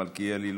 מלכיאלי,